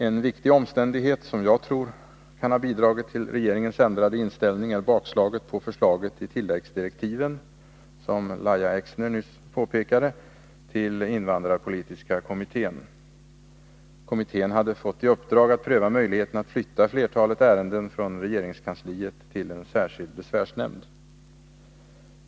En viktig omständighet som jag tror bidragit till regeringens ändrade inställning är bakslaget på förslaget i tilläggsdirektiven, som Lahja Exner nyss påpekade, till invandrarpolitiska kommittén. Kommittén hade fått i uppdrag att pröva möjligheten att flytta flertalet ärenden från regeringskansliet till en särskild besvärsnämnd.